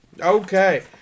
Okay